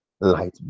Light